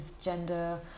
gender